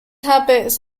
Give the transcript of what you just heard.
habits